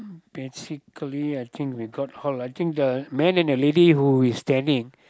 basically I think we got all I think the man and the lady who is standing